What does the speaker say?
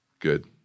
Good